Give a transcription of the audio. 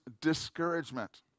discouragement